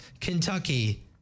Kentucky